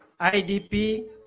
idp